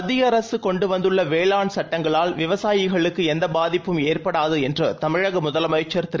மத்தியஅரசுகொண்டுவந்துள்ளவேளாண்சட்டங்களால்விவசாயிகளுக்குஎந்தபாதிப்பும்ஏற்ப டாதுஎன்றுதமிழகமுதலமைச்சர்திரு